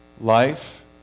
life